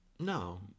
No